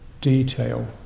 detail